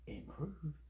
improve